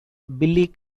billy